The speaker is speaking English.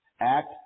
Act